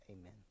Amen